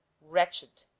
wretched